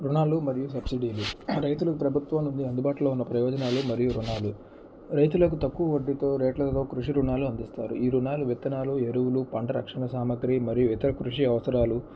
రుణాలు మరియు సబ్సీడీలు రైతులు ప్రభుత్వం నుండి అందుబాటులో ఉన్న ప్రయోజనాలు మరియు రుణాలు రైతులకు తక్కువ వడ్డీతో రేట్లలో కృషి రుణాలు అందిస్తారు ఈ రుణాలు విత్తనాలు ఎరువులు పంట రక్షణ సామాగ్రి మరియు ఇతర కృషి అవసరాలు